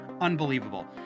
Unbelievable